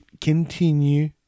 continue